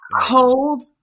cold